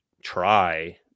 try